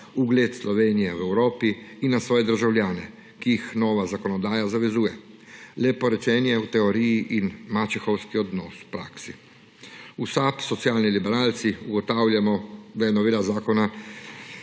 ugled Slovenije v Evropi in na svoje državljane, ki jih nova zakonodaja zavezuje. Leporečenje v teoriji in mačehovski odnos v praksi. V SAB, socialni liberalci, ugotavljamo, da je novela zakona